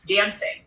dancing